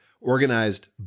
organized